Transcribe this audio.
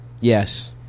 Yes